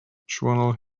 journal